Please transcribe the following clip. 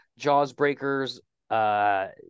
Jawsbreakers